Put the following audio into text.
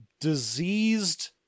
diseased